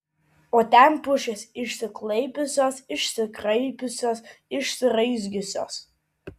o ten pušys išsiklaipiusios išsikraipiusios išsiraizgiusios